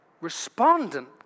respondent